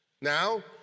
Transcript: Now